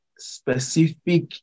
specific